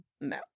No